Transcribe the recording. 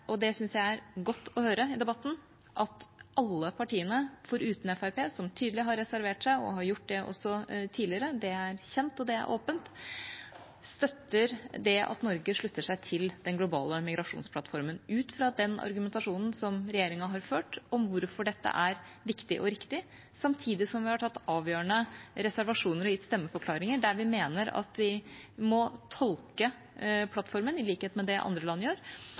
og det syns jeg er godt å høre, at alle partiene, foruten Fremskrittspartiet – som tydelig har reservert seg, og har gjort det også tidligere, det er kjent, og det er åpent – støtter det at Norge slutter seg til den globale migrasjonsplattformen, ut fra den argumentasjonen som regjeringa har ført om hvorfor dette er viktig og riktig, samtidig som vi har tatt avgjørende reservasjoner og gitt stemmeforklaringer der vi mener at vi må tolke plattformen, i likhet med det andre land gjør,